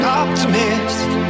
optimist